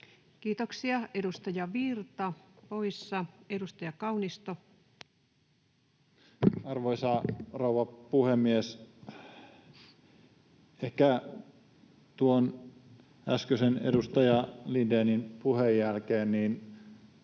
Kiitoksia. — Edustaja Virta, poissa. — Edustaja Kaunisto. Arvoisa rouva puhemies! Tuon äskeisen edustaja Lindénin puheen jälkeen